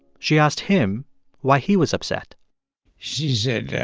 she asked him why he was upset she said,